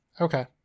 Okay